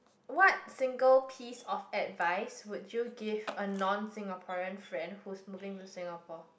what single piece of advice would you give a non Singaporean friend who's moving to Singapore